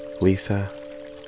Lisa